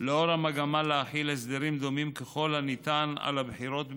לאור המגמה להחיל הסדרים דומים ככל הניתן על הבחירות בעיריות,